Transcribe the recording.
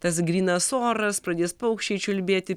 tas grynas oras pradės paukščiai čiulbėti